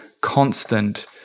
constant